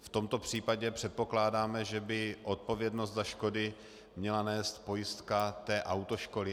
V tomto případě předpokládáme, že by odpovědnost za škody měla nést pojistka autoškoly.